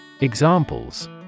Examples